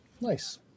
nice